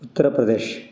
Uttar Pradesh